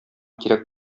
кирәк